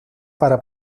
para